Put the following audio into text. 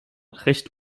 recht